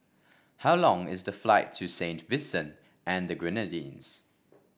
how long is the flight to Saint Vincent and the Grenadines